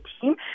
team